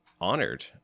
honored